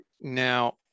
Now